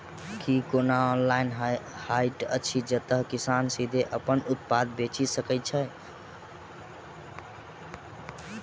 की कोनो ऑनलाइन हाट अछि जतह किसान सीधे अप्पन उत्पाद बेचि सके छै?